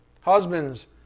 Husbands